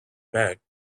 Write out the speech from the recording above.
back